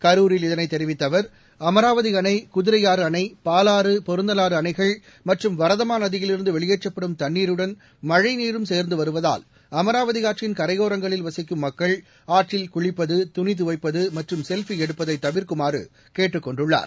கரூரில் இதனைத் தெரிவித்த அவர் அமராவதி அணை குதிரையாறு அணை பாலாறு பொருந்தவாறு அணைகள் மற்றும் வரதமா நதியிலிருந்து வெளியேற்றப்படும் தண்ணீருடன் மழழநீரும் சேர்ந்து வருவதால் அமாவதி ஆற்றின் கரையோரங்களில் வசிக்கும் மக்கள் ஆற்றில் குளிப்பது துணி துவைப்பது மற்றும் செல்ஃபி எடுப்பதை தவிர்க்குமாறு கேட்டுக் கொண்டுள்ளார்